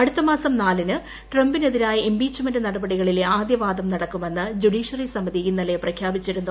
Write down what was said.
അടുത്ത മാസം നാലിന് ട്രംപിനെതിരായ ഇംപീച്ച്മെന്റ് നടപടികളിലെ ആദ്യവാദം നടക്കുമെന്ന് ജുഡീഷ്യറി സമിതി ഇന്നലെ പ്രഖ്യാപിച്ചിരുന്നു